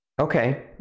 Okay